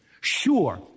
Sure